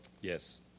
Yes